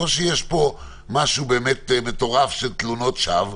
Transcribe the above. אז או שיש פה משהו מטורף של תלונות שווא,